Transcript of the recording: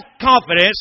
confidence